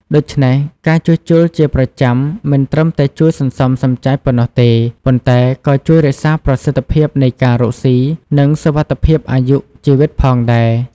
ដូច្នេះ ការជួសជុលជាប្រចាំមិនត្រឹមតែជួយសន្សំសំចៃប៉ុណ្ណោះទេ ប៉ុន្តែក៏ជួយរក្សាប្រសិទ្ធភាពនៃការរកស៊ី និងសុវត្ថិភាពអាយុជីវិតផងដែរ។